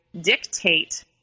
dictate